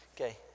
Okay